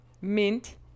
mint